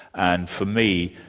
and for me,